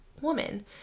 woman